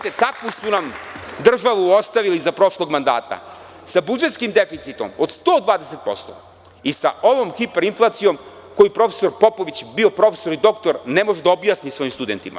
Takvu su nam državu ostavili za prošlog mandata, sa budžetskim deficitom od 120% i sa ovom hiperinflacijom koju profesor Popović, bio profesor ili doktor, ne može da objasni svojim studentima.